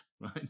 right